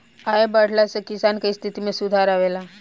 आय बढ़ला से किसान के स्थिति में सुधार आवेला